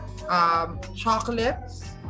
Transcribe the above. Chocolates